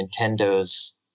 Nintendo's